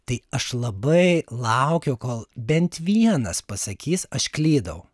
tai aš labai laukiau kol bent vienas pasakys aš klydau